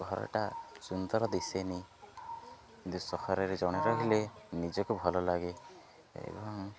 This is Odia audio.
ଘରଟା ସୁନ୍ଦର ଦିଶେନି କିନ୍ତୁ ସହରରେ ଜଣେ ରହିଲେ ନିଜକୁ ଭଲ ଲାଗେ ଏବଂ